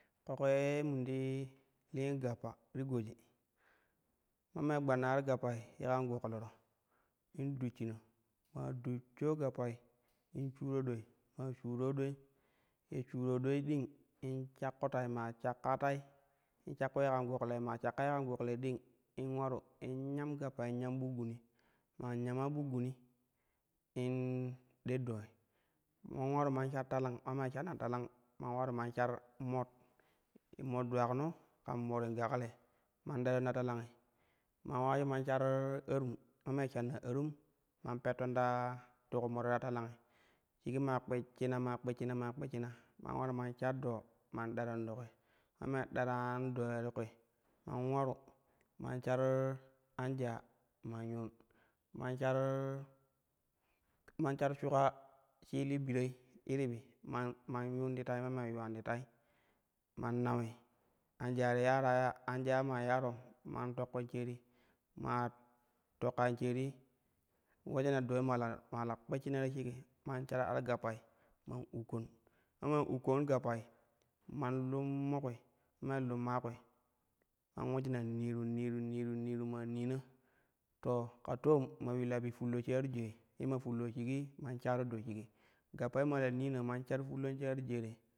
Ƙoƙo ye min ti min ti liin gappo ti goji ma maa gbanna ar gappari ye kan gogloro in dushina maa dushsha gappa in shuro doi maa shura do ye shuran doi ding in shalyee toi maa shakka tou, in shakko ye kan goglai maa shakka ye kan goglai ding in ularu in nyom gappai, in nyam buk gumi maa nyamma buk guni in der dooi mam ularu man shar falang, ma maa shamma todang man weru man sharu mor, ma dulagno kau morin gokal ye man deren ta talaugi man uleru man sharu aram ula maa shann arum, man petton tati k m. v ye ta talangi shigi maa kpishshina, maa kpishshina maa kpishshina man ularu man shar doo man denan to kuui, ma maa deran dooi ti kwi me ularu man shar anjaa man yuun man shar man shar shuka shiuli brooi iribi man yuum ti tai, illa maa yuulan ti ten man nawi, anjaa te yaara ta, anjaa maa yaarom man tokkan shaari maa tokkan shaari luejina dooi maa la maa la kpishshina ta shigi man shar ar gappai man ukkan ma maa ukkan gappai man lummo kwi, ma maa lumma kwi man ulejina niru, niru, niru, niru maa nina to ka toom ma uliila po fullo shik ar jaai ye ma fullo shigi man shaaro doo shigi gappai ma la nina man shar fullo shik ar jaa re.